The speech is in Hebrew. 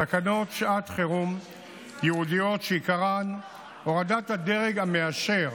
תקנות שעת חירום ייעודיות שעיקרן הורדת הדרג המאשר